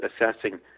assessing